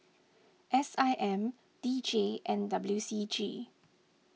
S I M D J and W C G